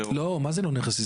לא, מה זה לא נכס עסקי?